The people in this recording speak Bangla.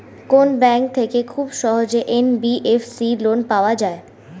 কোন ব্যাংক থেকে খুব সহজেই এন.বি.এফ.সি লোন পাওয়া যায়?